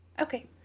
okay